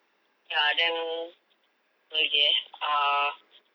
ya then apa lagi eh uh